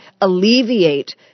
alleviate